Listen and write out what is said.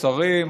שרים?